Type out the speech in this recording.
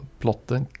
plotten